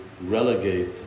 relegate